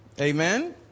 Amen